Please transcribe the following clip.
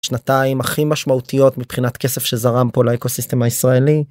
שנתיים הכי משמעותיות מבחינת כסף שזרם פה לאקו סיסטם הישראלי.